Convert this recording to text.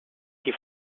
die